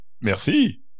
Merci